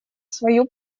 свою